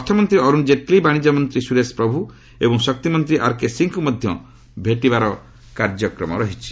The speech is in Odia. ଅର୍ଥମନ୍ତ୍ରୀ ଅରୁଣ ଜେଟ୍ଲୀ ବାଶିଜ୍ୟ ମନ୍ତ୍ରୀ ସୁରେଶ ପ୍ରଭୁ ଏବଂ ଶକ୍ତିମନ୍ତ୍ରୀ ଆର୍କେ ସିଂଙ୍କୁ ମଧ୍ୟ ଭେଟିବାର କାର୍ଯ୍ୟକ୍ରମ ରହିଛି